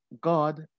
God